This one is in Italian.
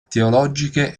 teologiche